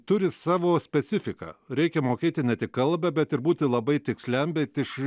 turi savo specifiką reikia mokėti ne tik kalbą bet ir būti labai tiksliam bet iš